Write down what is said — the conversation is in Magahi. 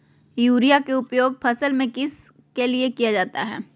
युरिया के उपयोग फसल में किस लिए किया जाता है?